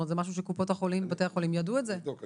זה משהו שקופות החולים ובתי החולים ידעו את זה כל השנים.